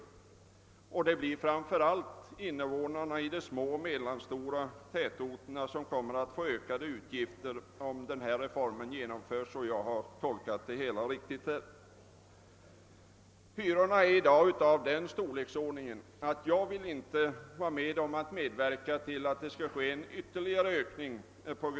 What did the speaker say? Framför allt blir det invånarna i de små och mellanstora tätorterna som kommer att få ökade utgifter, om denna reform genomförs. Hyrorna är i dag av den storleksordningen att jag inte vill medverka till någon ytterligare ökning.